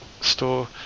store